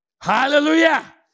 Hallelujah